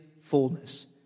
fullness